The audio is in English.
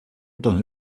done